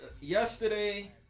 yesterday